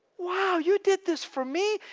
wow, you did this for me?